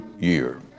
year